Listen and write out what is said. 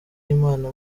imana